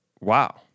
Wow